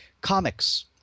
comics